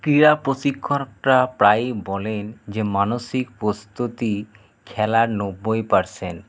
ক্রীড়া প্রশিক্ষকরা প্রায়ই বলেন যে মানসিক প্রস্তুতি খেলার নব্বই পার্সেন্ট